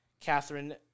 Catherine